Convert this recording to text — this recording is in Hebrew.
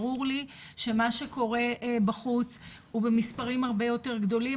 ברור לי שמה שקורה בחוץ ובמספרים הרבה יותר גדולים,